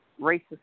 racist